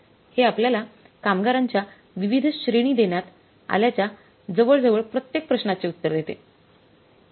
हे आपल्याला कामगारांच्या विविध श्रेणी देण्यात आल्याच्या जवळजवळ प्रत्येक प्रश्नाचे उत्तर देते